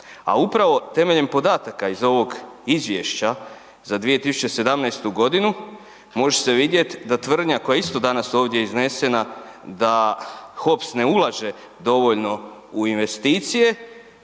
a upravo temeljem podataka iz ovog izvješća za 2017.g. može se vidjet da tvrdnja koja je isto danas ovdje iznesena da Hops ne ulaže dovoljno u investicije,